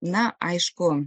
na aišku